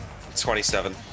27